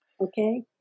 okay